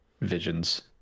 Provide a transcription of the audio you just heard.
Visions